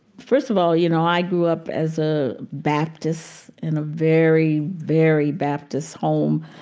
first of all, you know, i grew up as a baptist in a very, very baptist home.